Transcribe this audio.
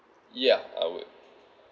yeah I would